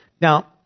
Now